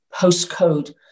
postcode